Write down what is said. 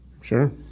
sure